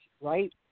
right